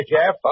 Jeff